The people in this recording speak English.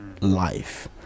life